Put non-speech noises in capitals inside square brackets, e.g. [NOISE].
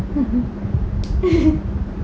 [LAUGHS]